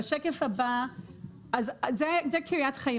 אז זו קריית חיים.